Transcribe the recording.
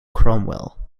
cromwell